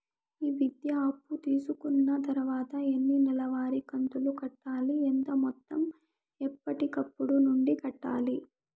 ఈ విద్యా అప్పు తీసుకున్న తర్వాత ఎన్ని నెలవారి కంతులు కట్టాలి? ఎంత మొత్తం ఎప్పటికప్పుడు నుండి కట్టాలి?